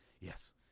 yes